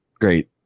great